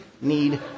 need